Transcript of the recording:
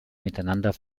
miteinander